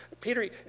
Peter